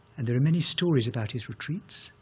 and there are many stories about his retreats.